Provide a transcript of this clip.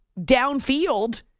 downfield